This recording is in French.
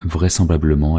vraisemblablement